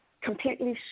completely